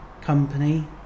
company